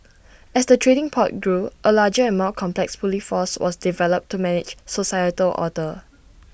as the trading port grew A larger and more complex Police force was developed to manage societal order